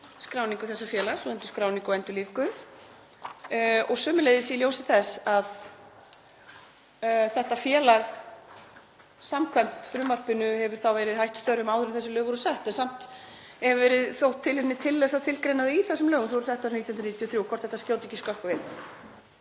skráningu þessa félags og endurskráningu og endurlífgun, og sömuleiðis í ljósi þess að þetta félag hefur, samkvæmt frumvarpinu, verið hætt störfum áður en þessi lög voru sett. Samt hefur þótt tilefni til þess að tilgreina það í þessum lögum sem voru sett árið 1993. Hvort þetta skjóti ekki skökku við.